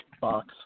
box